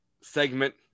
segment